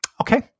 okay